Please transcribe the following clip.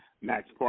Max